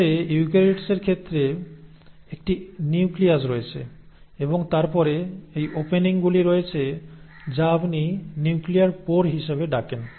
তবে ইউক্যারিওটসের ক্ষেত্রে একটি নিউক্লিয়াস রয়েছে এবং তারপরে এই ওপেনিং গুলি রয়েছে যা আপনি নিউক্লিয়ার পোর হিসাবে ডাকেন